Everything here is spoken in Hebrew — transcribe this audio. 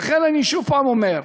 לכן אני שוב אומר,